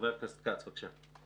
חבר הכנסת כץ, בבקשה.